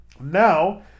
Now